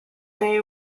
they